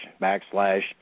backslash